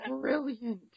Brilliant